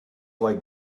like